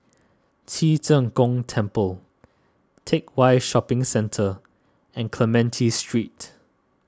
Ci Zheng Gong Temple Teck Whye Shopping Centre and Clementi Street